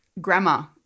grammar